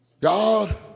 God